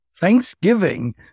Thanksgiving